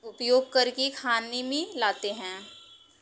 उपयोग करके खाने में लाते हैं